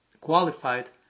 qualified